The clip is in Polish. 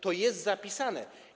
To jest zapisane.